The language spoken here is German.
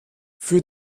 für